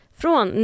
från